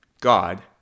God